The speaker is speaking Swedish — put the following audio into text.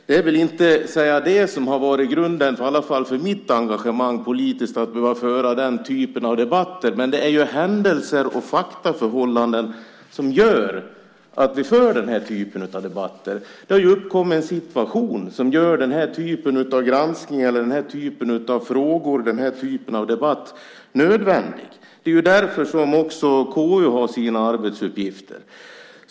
Det är inte sådant som har varit grunden för i alla fall mitt engagemang politiskt, alltså att behöva föra den typen av debatt, men det är ju händelser och faktaförhållanden som gör att vi för den här typen av debatter. Det har ju uppkommit en situation som gör den här typen av granskning, frågor och debatt nödvändig. Det är ju därför som också KU har sina arbetsuppgifter.